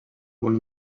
una